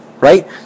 right